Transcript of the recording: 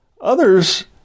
others